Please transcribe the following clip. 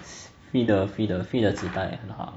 free 的 free 的 free 的纸袋也很好